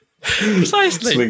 precisely